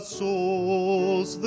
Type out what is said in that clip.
souls